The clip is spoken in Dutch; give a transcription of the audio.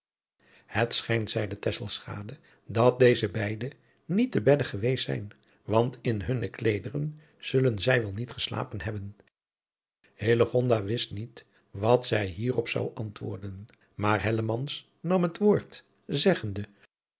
het schijnt zeide tesselschade dat deze beide niet te bedde geweest zijn want in hunne kleederen zullen zij wel niet geslapen hebben hillegonda wist niet wat zij hierop zou antwoorden maar hellemans nan het woord zeggende